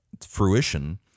fruition